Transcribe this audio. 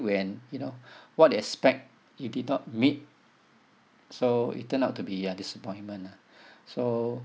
when you know what you expect you did not meet so it turn out to be a disappointment ah so